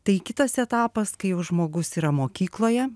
tai kitas etapas kai jau žmogus yra mokykloje